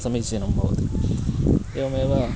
समीचीनं भवति एवमेव